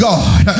God